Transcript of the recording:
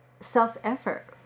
self-effort